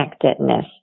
connectedness